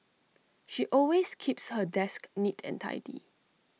she always keeps her desk neat and tidy